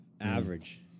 Average